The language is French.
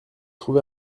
trouvé